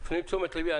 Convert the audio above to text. מפנים את תשומת ליבי,